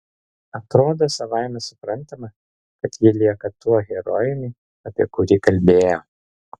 atrodo savaime suprantama kad ji lieka tuo herojumi apie kurį kalbėjo